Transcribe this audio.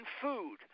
food